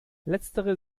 letztere